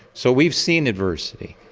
so we've seen adversity,